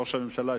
ראש הממשלה,